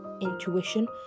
intuition